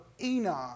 Enoch